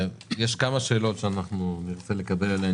יש כמה שאלות שאנחנו נרצה לקבל עליהן